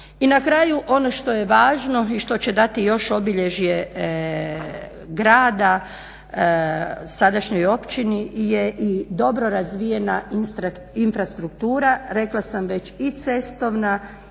I na kraju ono što je važno i što će dati još obilježje grada sadašnjoj općini je i dobro razvijena infrastruktura, rekla sam već i cestovna